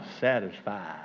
satisfied